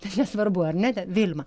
tai nesvarbu ar ne ten vilma